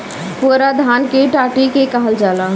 पुअरा धान के डाठी के कहल जाला